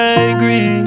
angry